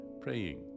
praying